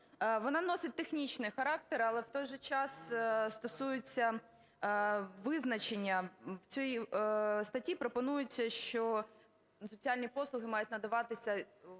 вона носить технічний характер, але в той же час стосується визначення. В цій статті пропонується, що соціальні послуги мають надаватися, виходячи